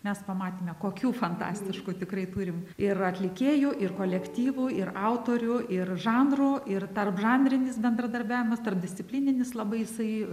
mes pamatėme kokių fantastiškų tikrai turim ir atlikėjų ir kolektyvų ir autorių ir žanrų ir tarpžanrinis bendradarbiavimas tarpdisciplininis labai jisai